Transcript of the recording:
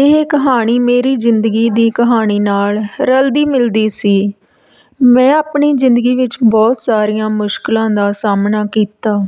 ਇਹ ਕਹਾਣੀ ਮੇਰੀ ਜ਼ਿੰਦਗੀ ਦੀ ਕਹਾਣੀ ਨਾਲ ਰਲਦੀ ਮਿਲਦੀ ਸੀ ਮੈਂ ਆਪਣੀ ਜ਼ਿੰਦਗੀ ਵਿੱਚ ਬਹੁਤ ਸਾਰੀਆਂ ਮੁਸ਼ਕਿਲਾਂ ਦਾ ਸਾਹਮਣਾ ਕੀਤਾ